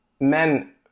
Men